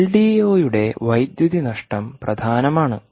എൽഡിഒയുടെ വൈദ്യുതി നഷ്ടം പ്രധാനമാണ്